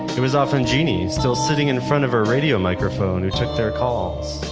it was often genie, still sitting in front of her radio microphone, who took their calls.